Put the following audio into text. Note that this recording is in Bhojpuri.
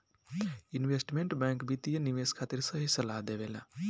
इन्वेस्टमेंट बैंक वित्तीय निवेश खातिर सही सलाह देबेला